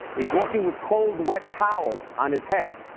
he's walking with cold, wet towels on his head.